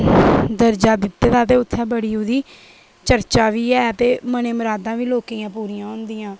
दर्जा दित्ते दा ऐ ते उत्थै बड़ी उ'दी चर्चा बी ऐ ते मनै दियां मरादां बी लोकें दियां पूरियां होंदियां न